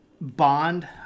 bond